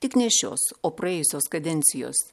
tik ne šios o praėjusios kadencijos